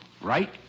Right